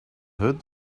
heard